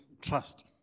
trust